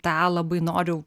tą labai noriu